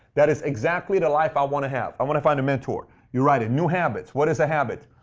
that is exactly the life i want to have. i want to find a mentor. you write it. new habits. what is a new habit?